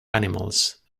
animals